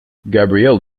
gabriel